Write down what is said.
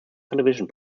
television